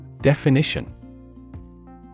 Definition